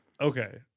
Okay